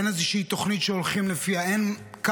אין איזושהי תוכנית שהולכים לפיה,